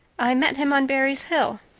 i met him on barry's hill.